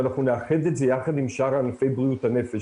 ואנחנו נאחד את זה יחד עם שאר ענפי בריאות הנפש